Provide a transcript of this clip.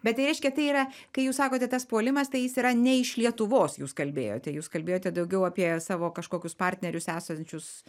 bet tai reiškia tai yra kai jūs sakote tas puolimas tai jis yra ne iš lietuvos jūs kalbėjote jūs kalbėjote daugiau apie savo kažkokius partnerius esančius